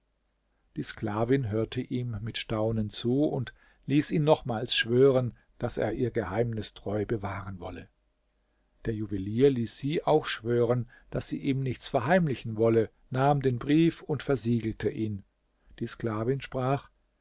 die sklavin hörte ihm mit staunen zu und ließ ihn nochmals schwören daß er ihr geheimnis treu bewahren wolle der juwelier ließ sie auch schwören daß sie ihm nichts verheimlichen wolle nahm den brief und versiegelte ihn die sklavin sprach